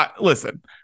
listen